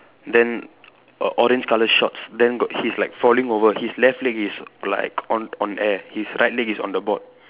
then a orange colour shorts then got he's like falling over his left leg is like on on air his right leg is on the board